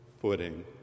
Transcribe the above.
footing